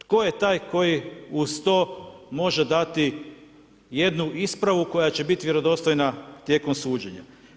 Tko je taj tko uz to može dati jednu ispravu koja će biti vjerodostojna tijekom suđenja.